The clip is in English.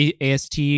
AST